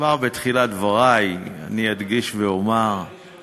כי הפקידים באוצר לא מסכימים, של שר